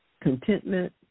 contentment